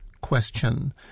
question